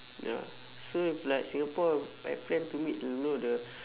ya so if like singapore I plan to meet you know the